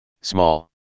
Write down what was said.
small